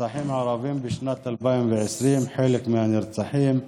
נרצחים ערבים בשנת 2020, חלק מהנרצחים: